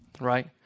right